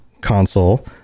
console